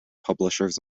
publishers